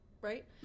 Right